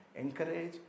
encourage